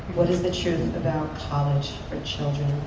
what is the truth about college for children.